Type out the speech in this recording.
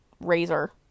razor